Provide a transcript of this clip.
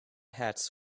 hats